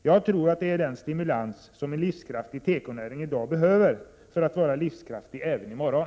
I Det är den stimulansen som en livskraftig tekonäring i dag behöver för att vara livskraftig även i morgon.